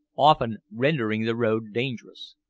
often rendering the road dangerous.